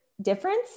difference